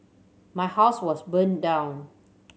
my house was burned down